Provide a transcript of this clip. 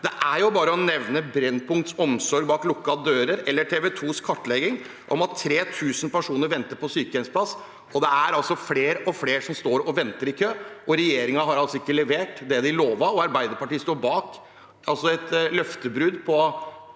Det er jo bare å nevne Brennpunkt – Omsorg bak lukkede dører eller TV2s kartlegging som viser at 3 000 personer venter på sykehjemsplass. Det er flere og flere som står og venter i kø, og regjeringen har ikke levert det de lovet. Arbeiderpartiet står altså bak et løftebrudd på